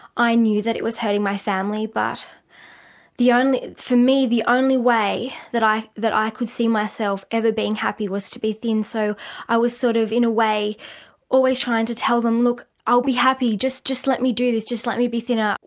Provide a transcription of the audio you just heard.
i knew that it was hurting my family but for me the only way that i that i could see myself ever being happy was to be thin, so i was sort of in a way always trying to tell them, look, i'll be happy, just just let me do this, just let me be thinner,